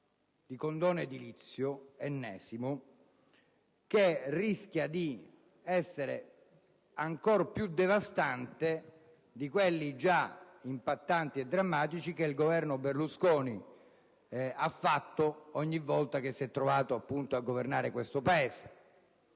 di condono edilizio, l'ennesimo, che rischia di essere ancora più devastante di quelli già impattanti e drammatici che il Governo Berlusconi ha varato ogni volta che si è trovato a governare il Paese.